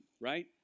right